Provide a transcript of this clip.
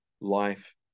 life